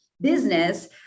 business